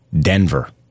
Denver